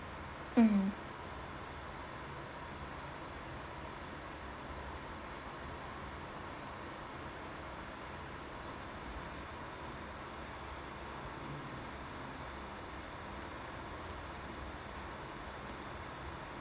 mm